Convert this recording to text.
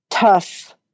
Tough